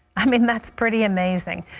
i mean that's pretty amazing.